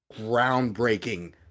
groundbreaking